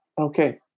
Okay